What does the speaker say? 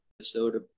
episode